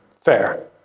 Fair